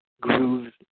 grooves